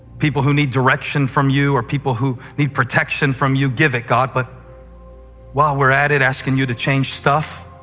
people who need direction from you or people who need protection from you, give it, god, but while we're at it asking you to change stuff,